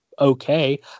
okay